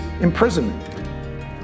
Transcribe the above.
imprisonment